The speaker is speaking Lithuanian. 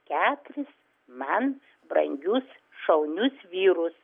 keturis man brangius šaunius vyrus